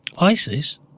ISIS